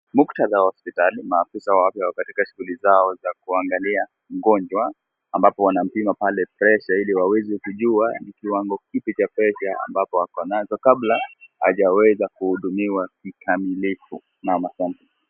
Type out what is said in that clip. Muktadha wa hospitali maafisa wale wako katika shughuli zao za kuangalia mgonjwa ambapo wanampima pale presha ili waweze kujua ni kiwango kipi cha presha ambapo akonacho kabla hajaweza kuhudumiwa kikamilifu.